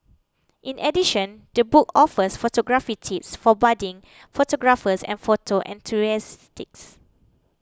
in addition the book offers photography tips for budding photographers and photo enthusiastic